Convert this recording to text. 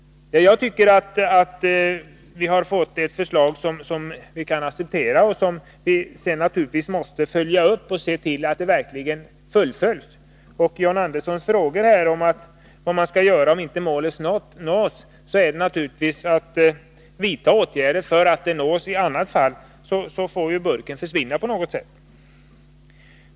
Jag tycker att vi har fått ett förslag som vi kan acceptera. Sedan måste vi naturligtvis följa upp det och se till att det verkligen fullföljs. Beträffande John Anderssons frågor om vad man skall göra om målet inte nås är svaret naturligtvis att man skall vidta åtgärder så att målet verkligen kan nås. I annat fall får ju burken försvinna på något sätt.